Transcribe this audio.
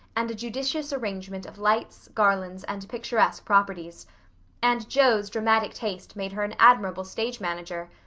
and a judicious arrangement of lights, garlands, and picturesque properties and jo's dramatic taste made her an admirable stage-manager.